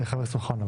חבר הכנסת אוחנה.